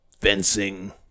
fencing